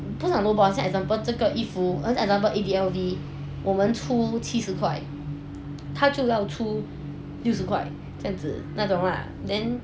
不像 low ball for example 这个衣服 another example E_V_L_V 我们出七十块他就要出六十块这样子那种 then